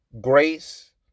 Grace